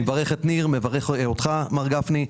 אני מברך את ניר, מברך אותך, מר גפני.